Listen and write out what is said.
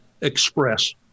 express